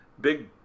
big